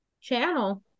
channel